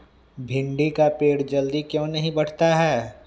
भिंडी का पेड़ जल्दी क्यों नहीं बढ़ता हैं?